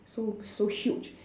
so so huge